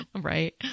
Right